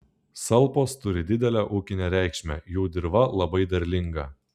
salpos turi didelę ūkinę reikšmę jų dirva labai derlinga